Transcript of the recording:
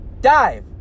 Dive